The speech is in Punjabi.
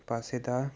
ਪਾਸੇ ਦਾ